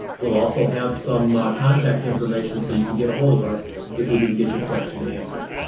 we'll also have some contact information so you can get a hold of us if we didn't get your question answered.